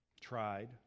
tried